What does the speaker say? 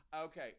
Okay